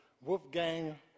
Wolfgang